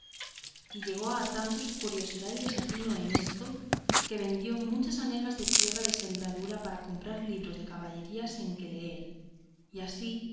y llegó a tanto su curiosidad y desatino en esto que vendió muchas hanegas de tierra de sembradura para comprar libros de caballerías en que leer y así